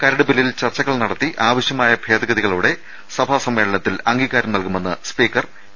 കരട് ബില്ലിൽ ചർച്ചകൾ നടത്തി ആവ ശ്യമായ ഭേദഗതികളോടെ സഭാ സമ്മേളനത്തിൽ ഇതിന് അംഗീകാരം നൽകുമെന്ന് സ്പീക്കർ പി